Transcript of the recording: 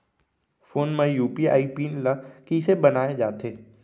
Phone म UPI PIN ल कइसे बनाये जाथे?